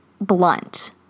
blunt